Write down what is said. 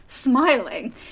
smiling